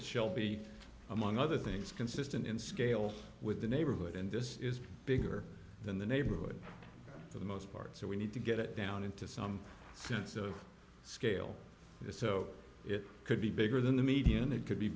it shall be among other things consistent in scale with the neighborhood and this is bigger than the neighborhood for the most part so we need to get it down into some sense of scale so it could be bigger than the median it could be